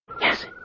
Yes